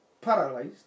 paralyzed